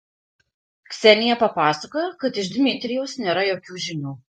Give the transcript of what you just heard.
ksenija papasakojo kad iš dmitrijaus nėra jokių žinių